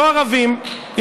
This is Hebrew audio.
לא ערבים,